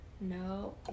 no